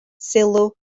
sylw